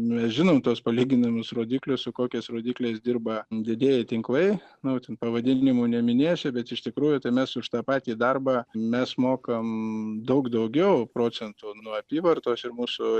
mes žinom tuos palyginamus rodiklius su kokiais rodikliais dirba didieji tinklai nu ten pavadinimų neminėsiu bet iš tikrųjų tai mes už tą patį darbą mes mokam daug daugiau procentų nuo apyvartos ir mūsų